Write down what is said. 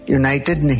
united